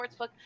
Sportsbook